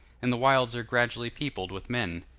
and the wilds are gradually peopled with men.